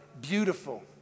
beautiful